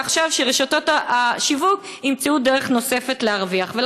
שעכשיו רשתות השיווק ימצאו דרך נוספת להרוויח.